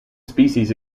species